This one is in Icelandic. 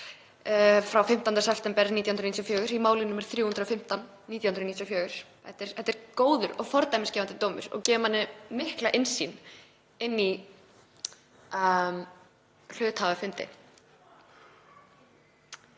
frá 15. september 1994, í máli nr. 315/1994, sem er góður og fordæmisgefandi dómur og gefur manni mikla innsýn inn í hluthafafundi.